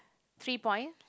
three point